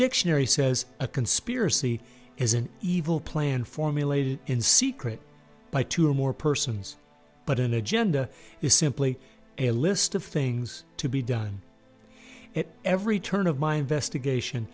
dictionary says a conspiracy is an evil plan formulated in secret by two or more persons but an agenda is simply a list of things to be done at every turn of mind vest